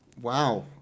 Wow